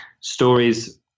stories